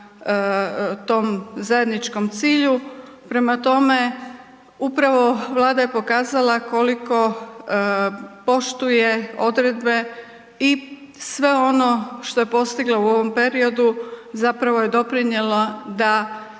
tom zajedničkom cilju, prema toma, upravo Vlada je pokazala koliko poštuje odredbe i sve ono što je postigla u ovom periodu, zapravo je doprinijelo da